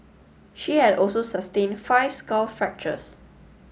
she had also sustained five skull fractures